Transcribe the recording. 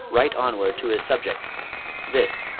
right onward to his subject this,